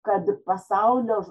kad pasaulio